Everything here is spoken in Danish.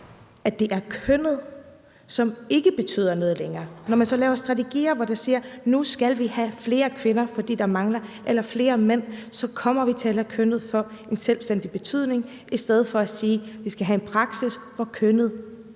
at det er kønnet, som ikke betyder noget længere. Når man så laver strategier, hvor man siger, at nu skal vi have flere kvinder, fordi det mangler der, eller flere mænd, så kommer vi frem til, at kønnet får en selvstændig betydning, i stedet for at man siger, at vi skal have en praksis, hvor kønnet